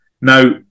Now